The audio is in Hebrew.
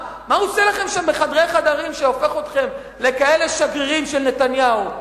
מה הוא עושה לכם שם בחדרי חדרים שהופך אתכם לכאלה שגרירים של נתניהו?